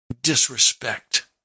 disrespect